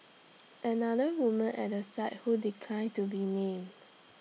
another woman at the site who declined to be named